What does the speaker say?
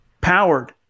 powered